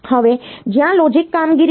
હવે ત્યાં લોજિકલ કામગીરી છે